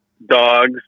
dogs